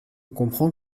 comprends